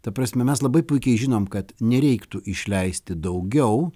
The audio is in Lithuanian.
ta prasme mes labai puikiai žinom kad nereiktų išleisti daugiau